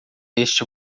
este